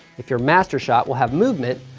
if your master shot will have movement,